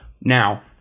Now